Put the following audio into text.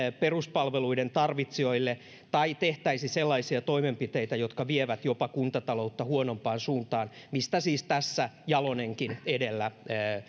peruspalveluiden tarvitsijoille tai tehtäisi sellaisia toimenpiteitä jotka vievät jopa kuntataloutta huonompaan suuntaan mistä siis tässä jalonenkin edellä